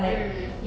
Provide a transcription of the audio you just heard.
mm